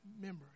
memory